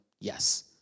yes